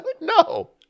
No